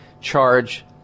charge